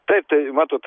taip tai matot